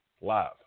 live